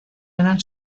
eran